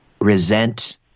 resent